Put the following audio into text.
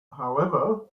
however